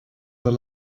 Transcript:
the